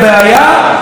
להבין אותה,